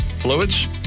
Fluids